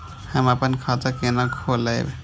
हम अपन खाता केना खोलैब?